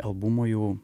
albumo jų